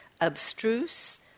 abstruse